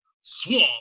Swamp